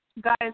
guys